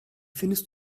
findest